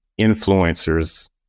influencers